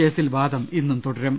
case വാദം ഇന്നും തുടരും